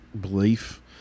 belief